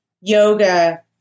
yoga